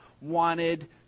wanted